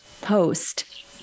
post